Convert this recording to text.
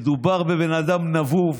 מדובר בבן אדם נבוב.